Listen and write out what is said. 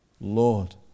Lord